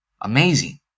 Amazing